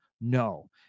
No